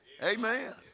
Amen